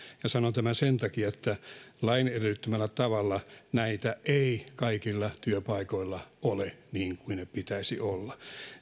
ja sanon tämän sen takia että lain edellyttämällä tavalla näitä ei kaikilla työpaikoilla ole niin kuin niitä pitäisi olla